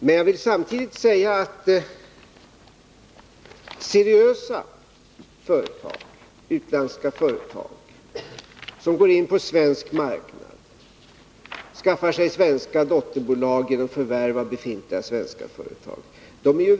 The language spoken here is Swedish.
Men jag vill samtidigt säga att seriösa utländska företag som går in på svensk marknad och som skaffar sig svenska dotterbolag genom förvärv av befintliga svenska företag är välkomna.